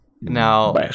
Now